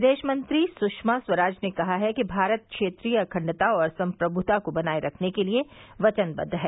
विदेशमंत्री सुषमा स्वराज ने कहा है कि भारत क्षेत्रीय अखंडता और संप्रभुता को बनाये रखने के लिए वचनबद्व है